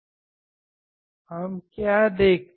हम क्या देखते हैं